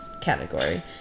category